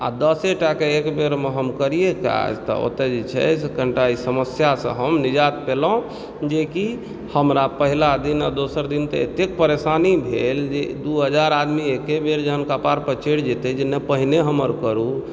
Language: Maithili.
आ दशेटा के एकबेरमे हम करियए काज तऽ ओतेए जे छै से कनिटा ई समस्यासँ हम निजात पयलहुँ जेकि हमरा पहिला दिन आ दोसर दिन तऽ एतेक परेशानी भेल जे दू हजार आदमी एके बेर जखन कपार पर चढ़ि जेतय जे नहि पहिने हमर करु